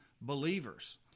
believers